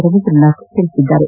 ರವೀಂದ್ರನಾಥ್ ತಿಳಿಸಿದ್ದಾರೆ